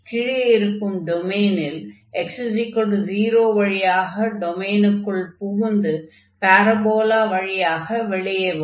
கீழே இருக்கும் டொமைனில் x0 வழியாக டொமைனுக்குள் புகுந்து பாரபோலா வழியாக வெளியே வரும்